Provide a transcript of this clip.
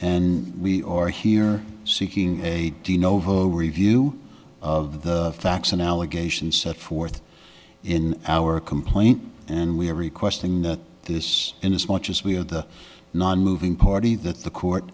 and we are here seeking a de novo review of the facts and allegations set forth in our complaint and we are requesting that this in his much as we are the nonmoving party that the court